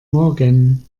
morgen